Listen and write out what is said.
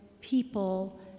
people